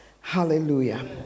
hallelujah